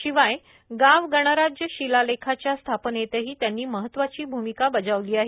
शिवाय गाव गणराज्य शिलालेखाच्या स्थापनेतही त्यांनी महत्वाची भूमिका बजावली आहे